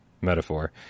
metaphor